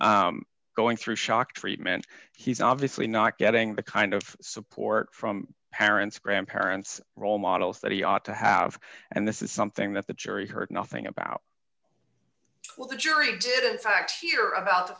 points going through shock treatment he's obviously not getting the kind of support from parents grandparents role models that he ought to have and this is something that the jury heard nothing about well the jury